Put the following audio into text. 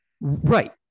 Right